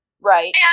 Right